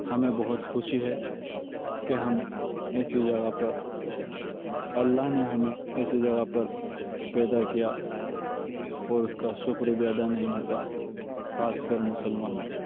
ہمیں بہت خوشی ہے کہ ہم ایسی جگہ پر اللہ نے ہمیں ایسی جگہ پر پیدا کیا اور اس کا شکر بھی ادا نہیں ہوتا خاص کر مسلمانوں